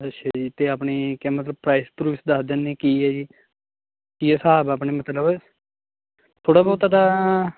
ਅੱਛਾ ਜੀ ਅਤੇ ਆਪਣੀ ਕਿ ਮਤਲਬ ਪ੍ਰਾਈਸ ਪਰੂਇਸ ਦੱਸ ਦਿੰਦੇ ਕੀ ਹੈ ਜੀ ਕੀ ਹਿਸਾਬ ਹੈ ਆਪਣੇ ਮਤਲਬ ਥੋੜ੍ਹਾ ਬਹੁਤਾ ਤਾਂ